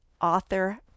author